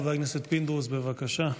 חבר הכנסת פינדרוס, בבקשה.